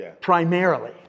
primarily